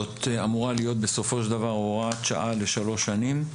בסופו של דבר זאת אמורה להיות הוראת שעה לשלוש שנים.